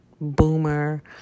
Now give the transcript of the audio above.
boomer